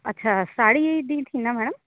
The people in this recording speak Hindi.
अच्छा साड़ी दी थी ना मैडम